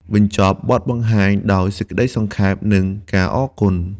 បញ្ចប់បទបង្ហាញដោយសេចក្តីសង្ខេប និងការអរគុណ។